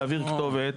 להעביר כתובת.